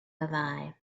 have